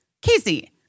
Casey